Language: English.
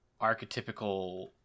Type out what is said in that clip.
archetypical